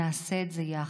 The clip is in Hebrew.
נעשה את זה יחד.